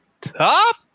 top